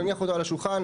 נניח אותו על השולחן,